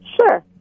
Sure